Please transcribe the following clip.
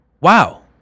wow